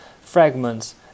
fragments